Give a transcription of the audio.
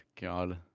God